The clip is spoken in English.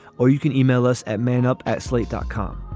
or you can e-mail us at man up at slate dot com.